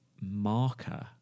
marker